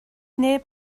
neb